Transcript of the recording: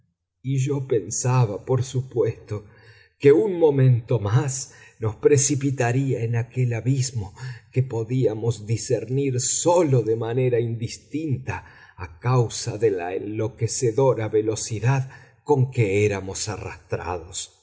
y yo pensaba por supuesto que un momento más nos precipitaría en aquel abismo que podíamos discernir sólo de manera indistinta a causa de la enloquecedora velocidad con que éramos arrastrados